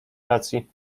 racji